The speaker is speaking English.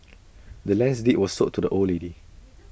the land's deed was sold to the old lady